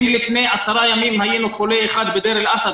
אם לפני עשרה ימים היה חולה אחד בדיר אל אסד